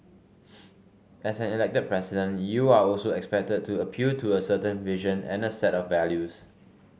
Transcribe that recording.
as an elected president you are also expected to appeal to a certain vision and the set of values